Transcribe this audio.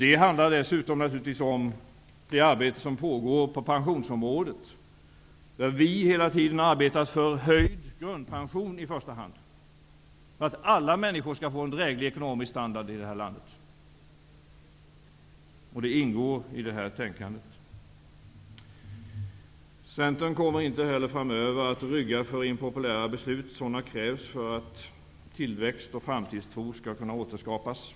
Detta handlar naturligtvis det arbete som pågår på pensionsområdet om. Vi har hela tiden arbetat för i första hand höjd grundpension. Alla människor skall få en dräglig ekonomisk standard i det här landet. Det ingår i det här tänkandet. Centern kommer inte heller framöver att rygga för impopulära beslut. Sådana krävs för att tillväxt och framtidstro skall kunna återskapas.